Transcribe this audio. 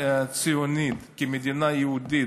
כמדינה ציונית, כמדינה יהודית.